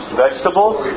vegetables